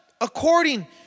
according